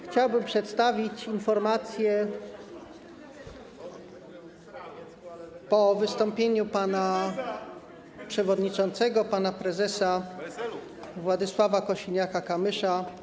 Chciałbym przedstawić informację po wystąpieniu pana przewodniczącego, pana prezesa Władysława Kosiniaka-Kamysza.